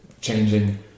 changing